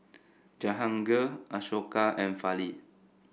Jahangir Ashoka and Fali